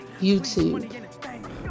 YouTube